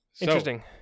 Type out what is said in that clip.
interesting